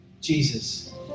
Jesus